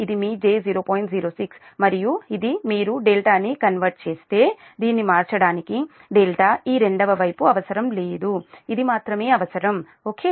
06 మరియు ఇది మీరు ∆ ని కన్వర్ట్ చేస్తే దీన్ని మార్చడానికి ∆ ఈ రెండవ వైపు అవసరం లేదు ఇది మాత్రమే అవసరం ఓకే